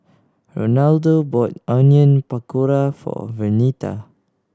Ronaldo bought Onion Pakora for Vernita